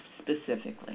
specifically